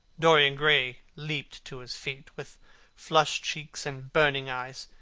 dorian gray leaped to his feet, with flushed cheeks and burning eyes.